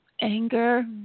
anger